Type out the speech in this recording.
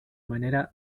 manera